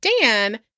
Dan